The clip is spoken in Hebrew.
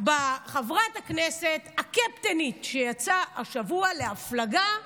חברת הכנסת, הקפטנית שיצאה השבוע להפלגה,